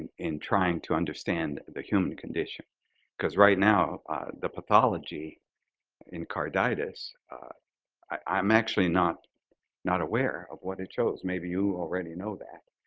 in trying to understand the human condition because right now the pathology in carditis, i'm actually not not aware of what it chose. maybe you already know that.